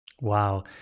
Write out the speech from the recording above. Wow